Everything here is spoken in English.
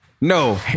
No